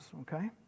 okay